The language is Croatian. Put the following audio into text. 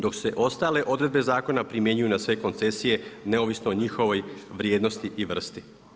Dok se ostale odredbe zakona primjenjuju na sve koncesije neovisno o njihovoj vrijednosti i vrsti.